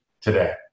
today